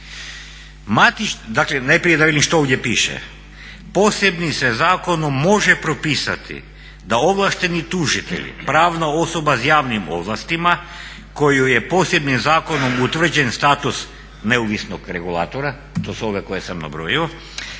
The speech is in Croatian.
Dakle najprije da vidim što ovdje piše. Posebnim se zakonom može propisati da ovlašteni tužitelj, pravna osoba s javnim ovlastima kojoj je posebnim zakonom utvrđen status neovisnog regulatora, to su ove koje sam nabrojio,